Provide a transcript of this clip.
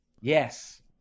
Yes